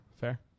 fair